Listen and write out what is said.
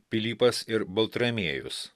pilypas ir baltramiejus